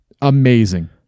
amazing